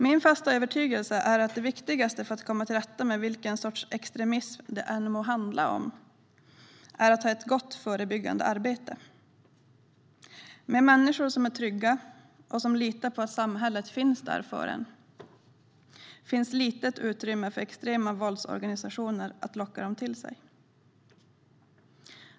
Min fasta övertygelse är att det viktigaste för att komma till rätta med vilken sorts extremism det än må handla om är att ha ett gott förebyggande arbete. Med människor som är trygga och litar på att samhället finns där för dem är utrymmet för extrema våldsorganisationer att locka dem till sig litet.